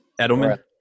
Edelman